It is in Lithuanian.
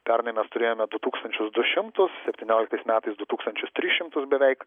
pernai mes turėjome du tūkstančius du šimtus septynioliktais metais du tūkstančius tris šimtus beveik